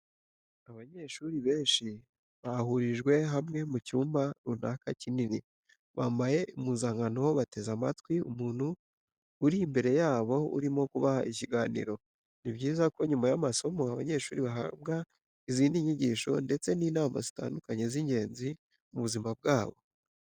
Abanyeshuri benshi bahurijwe hamwe mu cyumba cy'inama kinini, bambaye impuzankano bateze amatwi umuntu uri imbere yabo urimo kubaha ikiganiro. Ni byiza ko nyuma y'amasomo abanyeshuri bahabwa izindi nyigisho ndetse n'inama zitandukanye z'ingenzi mu buzima bwabo.